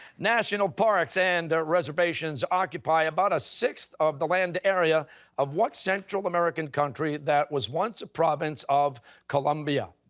national parks and reservations occupy about a sixth of the land area of what central american country that was once a province of colombia?